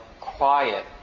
quiet